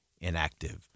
inactive